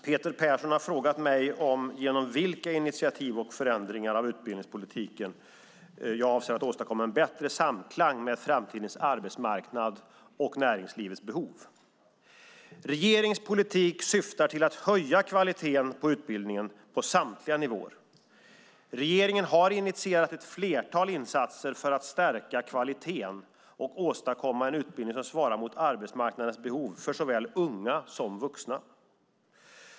Herr talman! Peter Persson har frågat mig genom vilka initiativ och förändringar av utbildningspolitiken jag avser att åstadkomma en bättre samklang med framtidens arbetsmarknad och näringslivets behov. Regeringens politik syftar till att höja kvaliteten på utbildningen, på samtliga nivåer. Regeringen har initierat ett flertal insatser för att stärka kvaliteten och åstadkomma en utbildning som svarar mot arbetsmarknadens behov för såväl unga som vuxna.